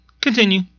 continue